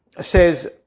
says